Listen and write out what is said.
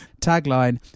Tagline